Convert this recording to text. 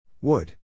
Wood